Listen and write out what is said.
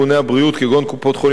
כגון קופות-חולים ובתי-חולים,